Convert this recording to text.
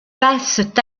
passent